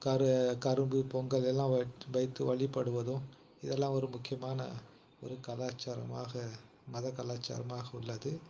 கரு கரும்பு பொங்கல் எல்லாம் வை வைத்து வழிபடுவதும் இதெல்லாம் ஒரு முக்கியமான ஒரு கலாச்சாரமாக மத கலாச்சாரமாக உள்ளது